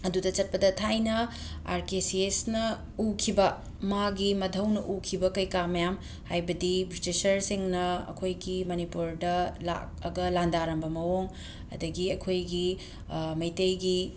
ꯑꯗꯨꯗ ꯆꯠꯄꯗ ꯊꯥꯏꯅ ꯑꯥꯔ ꯀꯦ ꯁꯤ ꯑꯦꯁꯅ ꯎꯈꯤꯕ ꯃꯥꯒꯤ ꯃꯙꯧꯅ ꯎꯈꯤꯕ ꯀꯩ ꯀꯥ ꯃꯌꯥꯝ ꯍꯥꯏꯕꯗꯤ ꯕ꯭ꯔꯤꯇꯤꯁꯔꯁꯤꯡꯅ ꯑꯩꯈꯣꯏꯒꯤ ꯃꯅꯤꯞꯨꯔꯗ ꯂꯥꯛꯑꯒ ꯂꯥꯟꯗꯥꯔꯝꯕ ꯃꯑꯣꯡ ꯑꯗꯒꯤ ꯑꯩꯈꯣꯏꯒꯤ ꯃꯩꯇꯩꯒꯤ